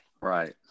Right